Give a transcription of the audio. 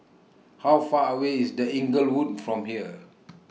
How Far away IS The Inglewood from here